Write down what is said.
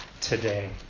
today